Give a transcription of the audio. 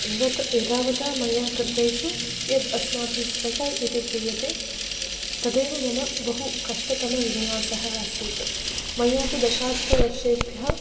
एव त एतावता मया कृतेषु यद् अस्माभिः स्वेटर् इति ध्रियते तदेव मम कष्टतमविन्यासः आसीत् मया तु दशाधिकवर्षेभ्यः